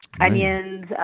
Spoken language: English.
Onions